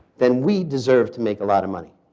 then we deserve to make a lot of money.